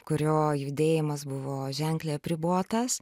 kurio judėjimas buvo ženkliai apribotas